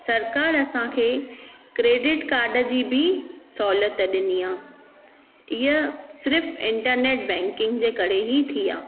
सरकार असांखे credit card जी बि सहूलियत ॾिनी आहे इहा सिर्फ़ु इंटरनेट बैंकिंग जे करे ई थी आहे